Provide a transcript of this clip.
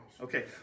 Okay